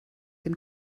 dem